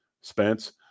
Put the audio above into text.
Spence